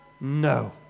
No